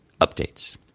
updates